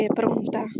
pronta